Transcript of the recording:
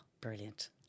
brilliant